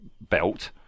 belt